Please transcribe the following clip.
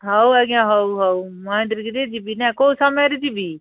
ହଉ ଆଜ୍ଞା ହଉ ହଉ ମହେନ୍ଦ୍ରଗିରି ଯିବି ନା କେଉଁ ସମୟରେ ଯିବି